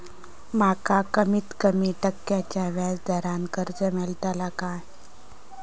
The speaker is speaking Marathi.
माका कमीत कमी टक्क्याच्या व्याज दरान कर्ज मेलात काय?